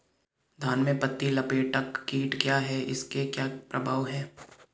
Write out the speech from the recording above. धान में पत्ती लपेटक कीट क्या है इसके क्या प्रभाव हैं?